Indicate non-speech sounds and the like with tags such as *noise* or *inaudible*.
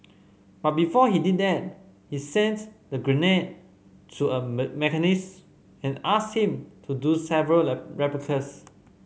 but before he did that he sent the grenade to a *unintelligible* machinist and asked him to do several *unintelligible* replicas